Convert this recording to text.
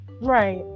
Right